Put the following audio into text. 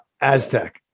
aztec